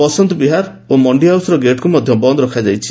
ବସନ୍ତବିହାର ମଣ୍ଡିହାଉସ୍ର ଗେଟ୍କୁ ମଧ୍ୟ ବନ୍ଦ ରଖାଯାଇଛି